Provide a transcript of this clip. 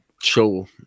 show